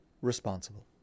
responsible